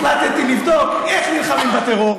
החלטתי לבדוק איך נלחמים בטרור,